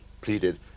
pleaded